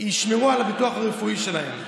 וישמרו על הביטוח הרפואי שלהם.